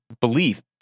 belief